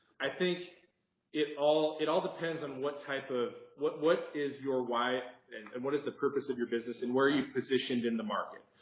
i think it all it all depends on what type of what what is your why and and what is the purpose of your business and where are you positioned in the market.